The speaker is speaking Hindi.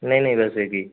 नहीं नहीं बस एक ही